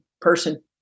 person